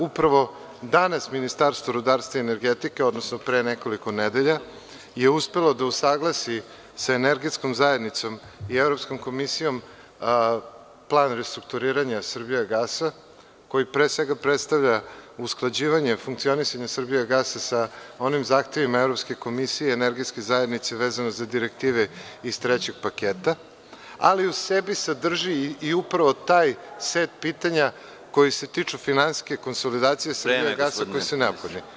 Upravo danas Ministarstvo rudarstva i energetike, odnosno pre nekoliko nedelja, je uspelo da usaglasi sa energetskom zajednicom i Evropskom komisijom plan restrukturiranja „Srbijagasa“, koji pre svega predstavlja usklađivanje funkcionisanja „Srbijagasa“ sa onim zahtevima Evropske komisije i energetske zajednice, vezane za direktive iz trećeg paketa, ali u sebi sadrži i taj set pitanja koja se tiču finansijske konsolidacije „Srbijagasa“ koje su neophodne.